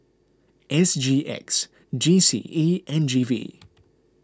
S G X G C E and G V